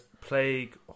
Plague